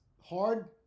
hard